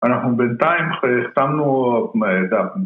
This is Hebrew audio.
אנחנו בינתיים החתמנו את ה...